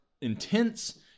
intense